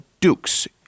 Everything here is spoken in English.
dukes